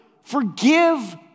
forgive